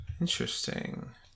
Interesting